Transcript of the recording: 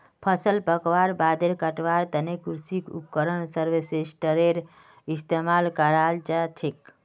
फसल पकवार बादे कटवार तने कृषि उपकरण हार्वेस्टरेर इस्तेमाल कराल जाछेक